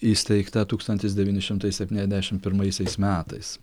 įsteigta tūkstantis devyni šimtai septyniasdešimt pirmaisiais metais